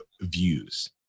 views